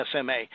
SMA